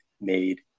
made